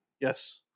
Yes